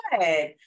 good